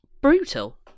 brutal